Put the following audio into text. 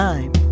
Time